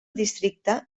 districte